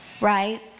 right